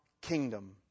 kingdom